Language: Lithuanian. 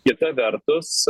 kita vertus